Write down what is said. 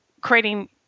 creating